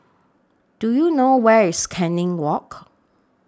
Do YOU know Where IS Canning Walk